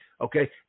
Okay